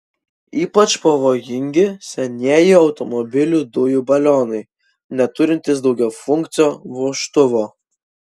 ypač pavojingi senieji automobilių dujų balionai neturintys daugiafunkcio vožtuvo